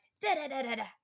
da-da-da-da-da